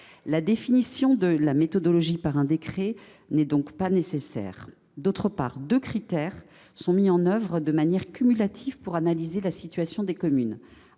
La définition de la méthodologie par un décret n’est donc pas nécessaire. Par ailleurs, deux critères sont mis en œuvre de manière cumulative pour analyser la situation des communes